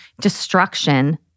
destruction